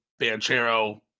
Banchero